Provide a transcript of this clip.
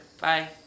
Bye